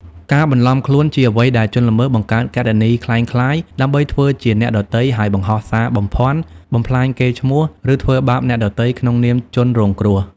ការបន្លំខ្លួន ជាអ្វីដែលជនល្មើសបង្កើតគណនីក្លែងក្លាយដើម្បីធ្វើជាអ្នកដទៃ ហើយបង្ហោះសារបំភាន់ បំផ្លាញកេរ្តិ៍ឈ្មោះ ឬធ្វើបាបអ្នកផ្សេងក្នុងនាមជនរងគ្រោះ។